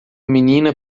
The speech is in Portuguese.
menina